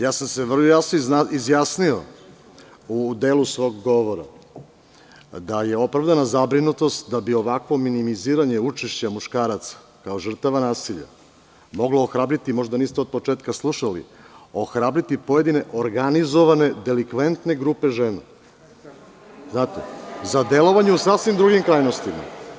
Ja sam se vrlo jasno izjasnio da je opravdana zabrinutost, da bi ovakvo minimiziranje učešća muškaraca kao žrtava nasilja moglo ohrabriti, možda niste od početka slušali, pojedine organizovane delikventne grupe žena za delovanje u sasvim drugim krajnostima.